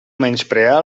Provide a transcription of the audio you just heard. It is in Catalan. menysprear